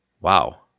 Wow